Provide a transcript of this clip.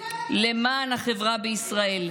למען החברה בישראל,